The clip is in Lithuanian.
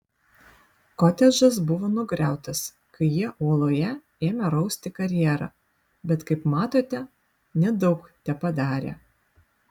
kotedžas buvo nugriautas kai jie uoloje ėmė rausti karjerą bet kaip matote nedaug tepadarė